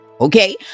okay